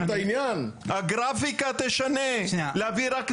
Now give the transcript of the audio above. זה מה שיוריד את העניין?